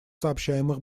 сообщаемых